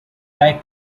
like